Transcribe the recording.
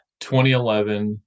2011